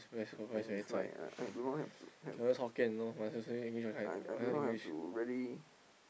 then it's like I do not have to have I I do not have to really